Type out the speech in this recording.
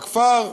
בכפר,